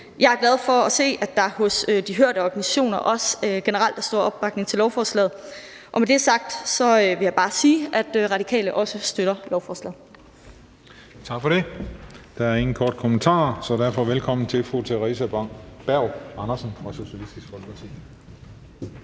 Jeg er glad for at se, at der hos de hørte organisationer også generelt er stor opbakning til lovforslaget. Og når det er sagt, vil jeg bare sige, at De Radikale også støtter lovforslaget. Kl. 14:57 Den fg. formand (Christian Juhl): Tak for det. Der er ingen korte bemærkninger, så derfor siger vi velkommen til fru Theresa Berg Andersen fra Socialistisk Folkeparti.